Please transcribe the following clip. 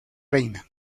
reina